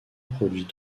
produit